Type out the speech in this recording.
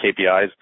KPIs